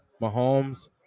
Mahomes